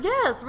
Yes